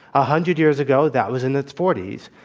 a hundred years ago that was in its forty s.